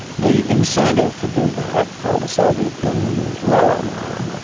the incentive to do that for the soviet union is lower now